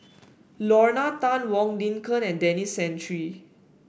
Lorna Tan Wong Lin Ken and Denis Santry